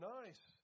nice